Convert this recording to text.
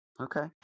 Okay